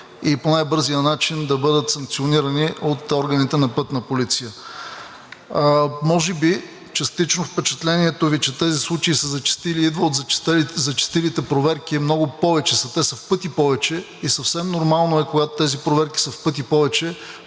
и по най-бързия начин да бъдат санкционирани от органите на Пътна полиция. Може би частично впечатлението Ви, че тези случаи са зачестили идва от зачестилите проверки. Много повече са, те са в пъти повече и е съвсем нормално, когато тези проверки са в пъти повече,